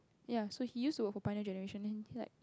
ya so he used to work for pioneer-generation and then he like